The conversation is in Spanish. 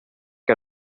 que